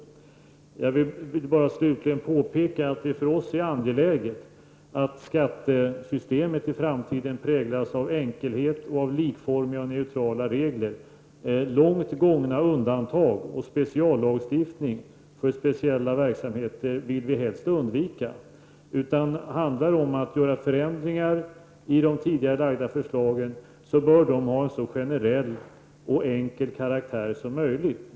Slutligen vill jag bara påpeka att det för oss är angeläget att skattesystemet i framtiden präglas av enkelhet och av likformiga och neutrala regler. Långt gående undantag och speciallagstiftning för vissa verksamheter vill vi helst undvika. Blir det fråga om att göra förändringar i de tidigare lagda förslagen, bör de ha en så generell och enkel karaktär som möjligt.